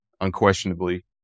unquestionably